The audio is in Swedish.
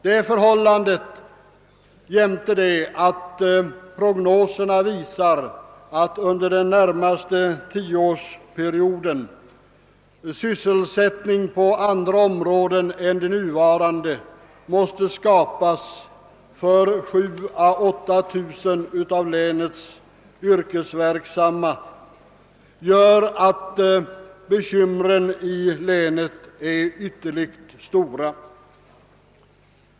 Detta förhållande jämte prognoserna, att sysselsättning måste skapas på andra områden än de nuvarande under den närmaste tioårsperioden för 7 000—38 000 av länets yrkesverksamma, gör att bekymren i länet är ytterligt stora.